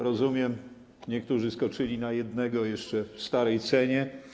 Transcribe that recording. Rozumiem, niektórzy skoczyli na jednego, jeszcze w starej cenie.